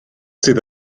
sydd